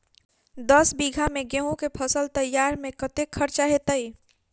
दस बीघा मे गेंहूँ केँ फसल तैयार मे कतेक खर्चा हेतइ?